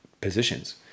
positions